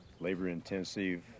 labor-intensive